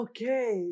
Okay